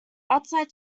outside